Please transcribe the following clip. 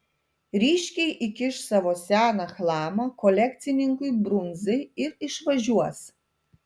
ryškiai įkiš savo seną chlamą kolekcininkui brunzai ir išvažiuos